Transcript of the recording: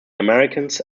americans